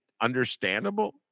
understandable